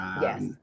Yes